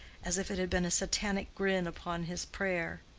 as if it had been a satanic grin upon his prayer.